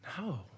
No